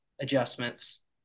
adjustments